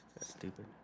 stupid